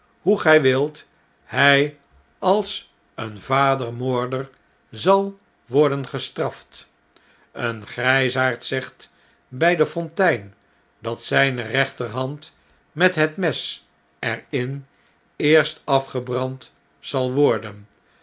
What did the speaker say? hoe gjj wilt hjj als een vadermoorder zal worden gestraft een grjjsaard zegt bjj de fontein dat zjjne rechterhand met het mes er in eerst afgebrand zal worden